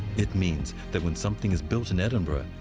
it means that when something is built in edinburgh,